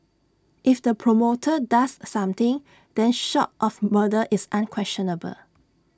if the promoter does something then short of murder it's unquestionable